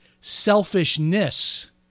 selfishness